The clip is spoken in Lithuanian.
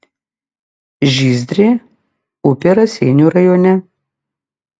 žyzdrė upė raseinių rajone